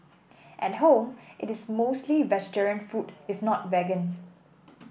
at home it is mostly vegetarian food if not vegan